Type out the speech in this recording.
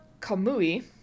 Kamui